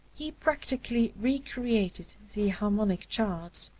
he practically re-created the harmonic charts,